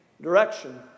direction